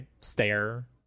stare